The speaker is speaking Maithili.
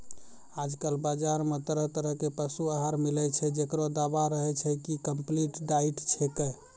आजकल बाजार मॅ तरह तरह के पशु आहार मिलै छै, जेकरो दावा रहै छै कि कम्पलीट डाइट छेकै